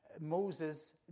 Moses